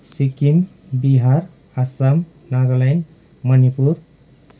सिक्किम बिहार आसाम नागाल्यान्ड मनिपुर स्